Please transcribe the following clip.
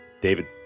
David